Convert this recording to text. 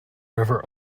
river